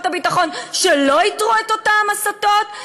הביטחון שלא איתרו את אותן הסתות,